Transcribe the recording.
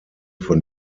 von